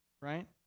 right